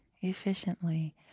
efficiently